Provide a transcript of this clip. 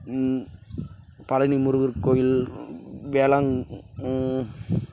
பழனி முருகர் கோயில் வேளாங்